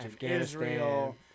Israel